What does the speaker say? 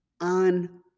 on